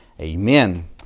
amen